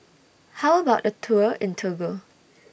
How about A Tour in Togo